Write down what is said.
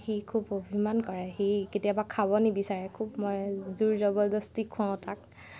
সি খুব অভিমান কৰে সি কেতিয়াবা খাব নিবিচাৰে খুব মই জোৰ জৱৰদষ্টি খোৱাওঁ তাক